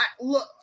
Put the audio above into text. Look